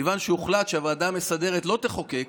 מכיוון שהוחלט שהוועדה המסדרת לא תחוקק,